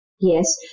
Yes